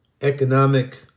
economic